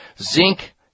zinc